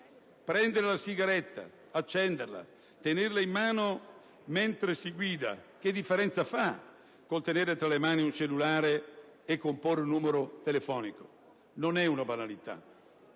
prendere la sigaretta, accenderla e poi tenerla in mano mentre si guida, che differenza fa con il tenere tra le mani un cellulare e comporre un numero di telefono? Non è una banalità.